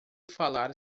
falar